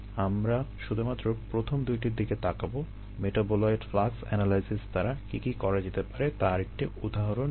আমরা শুধুমাত্র প্রথম দুইটির দিকে তাকাবো মেটাবোলাইট ফ্লাক্স এনালাইসিস দ্বারা কী কী করা যেতে পারে তার একটি উদাহরণ হিসেবে